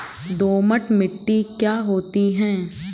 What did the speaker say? दोमट मिट्टी क्या होती हैं?